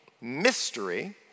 mystery